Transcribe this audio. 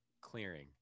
clearing